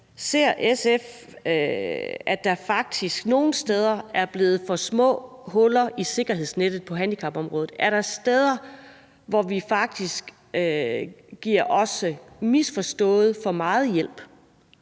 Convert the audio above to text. ordfører, at der faktisk nogle steder er blevet for små huller i sikkerhedsnettet på handicapområdet? Er der steder, hvor vi faktisk også – misforstået – giver for meget hjælp,